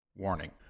warning